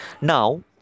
now